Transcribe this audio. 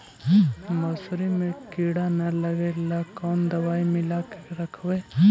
मसुरी मे किड़ा न लगे ल कोन दवाई मिला के रखबई?